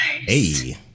Hey